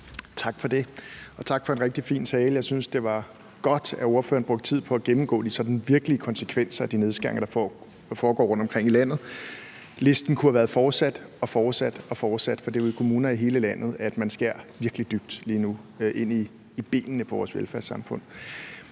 Tak for det, og tak for en rigtig fin tale. Jeg synes, det var godt, at ordføreren brugte tid på at gennemgå de sådan virkelige konsekvenser af de nedskæringer, der foregår rundtomkring i landet. Listen kunne have været fortsat og fortsat og fortsat, for det er i kommuner i hele landet, at man skærer virkelig dybt lige nu, ind i benene af vores velfærdssamfund.